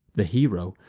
the hero,